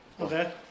Okay